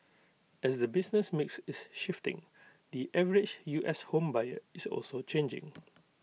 as the business mix is shifting the average U S home buyer is also changing